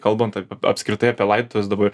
kalbant apie apskritai apie laidotuves dabar